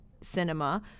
cinema